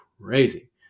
crazy